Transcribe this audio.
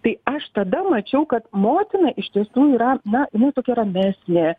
tai aš tada mačiau kad motina iš tiesų yra na jinai tokia ramesnė